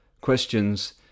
questions